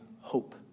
hope